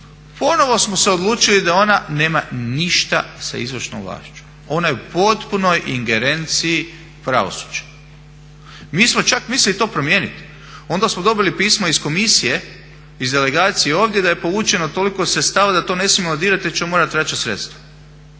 ponovno smo se odlučili da ona nema ništa sa izvršnom vlašću. Ona je u potpunoj ingerenciji pravosuđa. Mi smo čak to mislili promijeniti, onda smo dobili pismo iz Komisije iz delegacije ovdje da je povučeno toliko sredstava da to ne smijemo dirati jer ćemo morati vraćati sredstva.